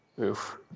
Oof